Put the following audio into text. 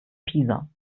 pisa